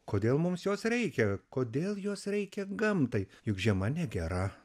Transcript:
kodėl mums jos reikia kodėl jos reikia gamtai juk žiema negera